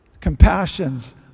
compassions